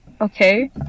Okay